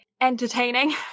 entertaining